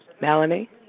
Melanie